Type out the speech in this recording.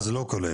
אז לא כולל.